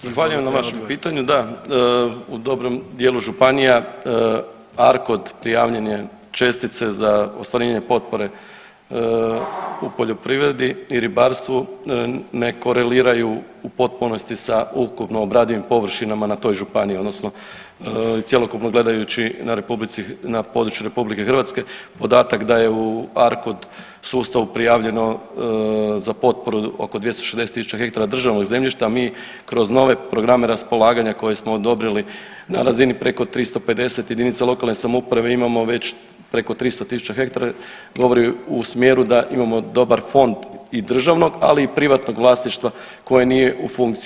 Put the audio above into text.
Zahvaljujem na vašem pitanju, da u dobrom dijelu županija ARCOD prijavljene čestice za ostvarenje potpore u poljoprivredi i ribarstvu ne koreliraju u potpunosti sa ukupno obradivim površinama na toj županiji odnosno cjelokupno gledajući na republici, na području RH podatak da je u ARCOD sustavu prijavljeno za potporu oko 260.000 hektara državnog zemljišta mi kroz nove programe raspolaganja koje smo odobrili na razini preko 350 jedinica lokalne samouprave imamo već preko 300.000 hektara govori u smjeru da imamo dobar fond i državnog ali i privatnog vlasništva koje nije u funkciji.